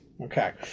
Okay